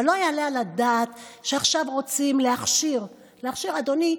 אבל לא יעלה על הדעת שעכשיו רוצים להכשיר, אדוני,